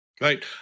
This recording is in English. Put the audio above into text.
Right